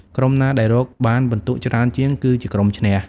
ក្រុមណាដែលរកបានពិន្ទុច្រើនជាង គឺជាក្រុមឈ្នះ ។